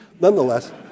nonetheless